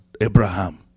Abraham